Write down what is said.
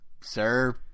sir